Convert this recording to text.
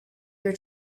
your